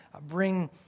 bring